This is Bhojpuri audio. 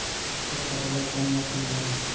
फसल काटेला कौन मशीन चाही?